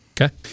Okay